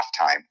halftime